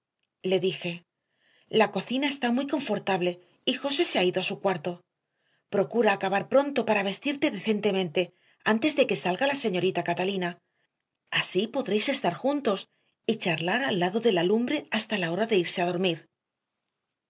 le dije la cocina está muy confortable y josé se ha ido a su cuarto procura acabar pronto para vestirte decentemente antes de que salga la señorita catalina así podréis estar juntos y charlar al lado de la lumbre hasta la hora de irse a dormir